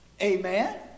Amen